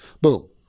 boom